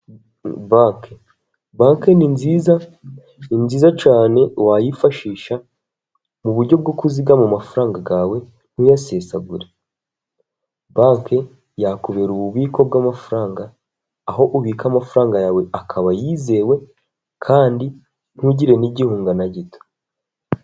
Banki. Banki ni nziza, ni nziza cyane wayifashisha mu buryo bwo kuzigama amafaranga yawe ntuyasesagure. Banki yakubera ububiko bw'amafaranga, aho ubika amafaranga yawe akaba yizewe kandi ntugire n'igihunga na gito.